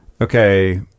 okay